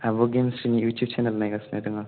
आब' गेमस्रिनि YouTube channel नायगासिनो दङ